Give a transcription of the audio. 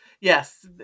yes